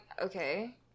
okay